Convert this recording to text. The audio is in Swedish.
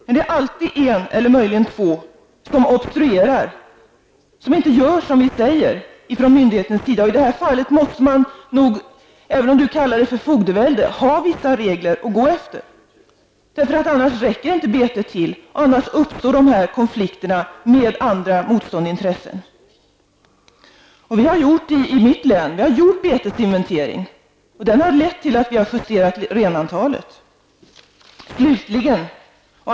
Men det är alltid en eller möjligen två som obstruerar och inte gör som vi säger från myndigheternas sida. I det här fallet måste man nog, även om Berith Eriksson kallar det för fogdevälde, ha vissa regler att gå efter. Annars räcker inte betet till och det uppstår konflikter med andra motstridiga intressen. Vi har i mitt län gjort en betesinventering. Den har lett till att vi har justerat antalet renar.